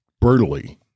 brutally